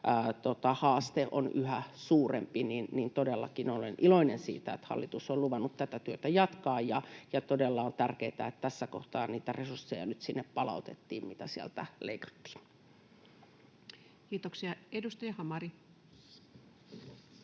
haaste on yhä suurempi. Todellakin olen iloinen siitä, että hallitus on luvannut tätä työtä jatkaa, ja todella on tärkeätä, että tässä kohtaa niitä resursseja, mitä sieltä leikattiin, nyt sinne palautettiin. Kiitoksia. — Edustaja Hamari.